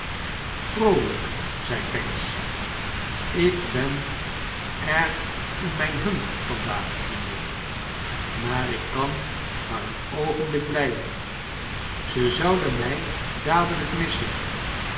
vroolijk zei pancks ik ben erg in mijn hum vandaag mijnheer maar ik kan maar cen oogenblik blijven ze zouden mij dadelijk missen